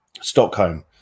Stockholm